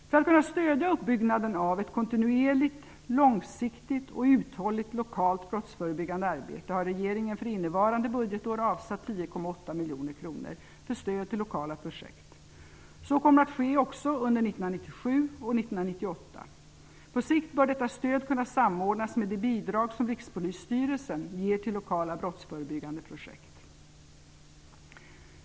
För att kunna stödja uppbyggnaden av ett kontinuerligt långsiktigt och uthålligt lokalt brottsförebyggande arbete har regeringen för innevarande budgetår avsatt 10,8 miljoner kronor för stöd till lokala projekt. Så kommer att ske också under 1997 och 1998. På sikt bör detta stöd kunna samordnas med det bidrag som Rikspolisstyrelsen ger till lokala brottsförebyggande projekt.